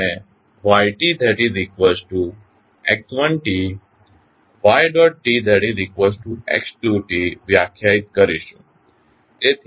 આપણે ytx1t ytx2t વ્યાખ્યાયિત કરીશું